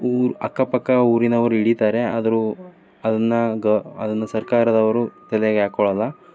ಊರ ಅಕ್ಕಪಕ್ಕ ಊರಿನವ್ರು ಹಿಡಿತಾರೆ ಆದರೂ ಅದನ್ನು ಗ ಅದನ್ನು ಸರ್ಕಾರದವರು ತಲೆಗೆ ಹಾಕ್ಕೊಳಲ್ಲ